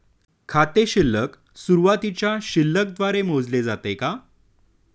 खाते शिल्लक सुरुवातीच्या शिल्लक द्वारे मोजले जाते का?